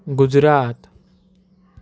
Gujarat